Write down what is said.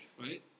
right